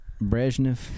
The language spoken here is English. Brezhnev